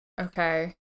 okay